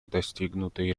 достигнутые